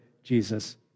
Jesus